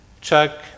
Chuck